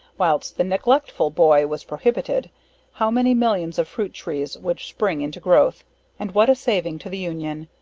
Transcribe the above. whilst the neglectful boy was prohibited how many millions of fruit trees would spring into growth and what a saving to the union.